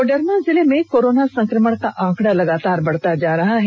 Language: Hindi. कोडरमा जिले में कोरोना संक्रमण का आंकड़ा लगातार बढ़ता जा रहा है